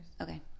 Okay